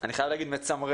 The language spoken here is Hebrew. אני חייב להגיד שזה מצמרר.